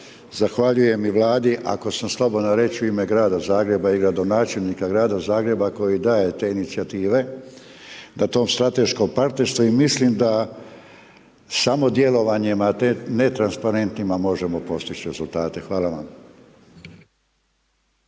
zahvaljujem na Vladi, ako sam slobodan reći u ime Grada Zagreba i gradonačelnika Grada Zagreba, koji daje te inicijative, da to strateško partnerstvo i mislim da samo djelovanjem a ne transparentima možemo postići rezultate. Hvala vam.